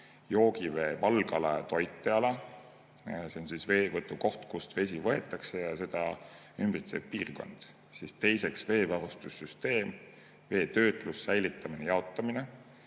joogivee valgala ja toiteala, mis on veevõtukoht, kust vesi võetakse, ja seda ümbritsev piirkond; teiseks, veevarustussüsteem: vee töötlemine, säilitamine, jaotamine;